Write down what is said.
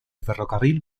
ferrocarril